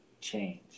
change